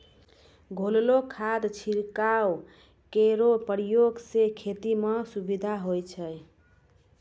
घोललो खाद छिड़काव केरो प्रयोग सें खेती म सुविधा होय छै